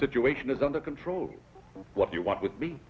situation is under control what you want with